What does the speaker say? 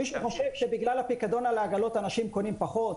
מישהו חושב שבגלל הפיקדון על העגלות אנשים קונים פחות?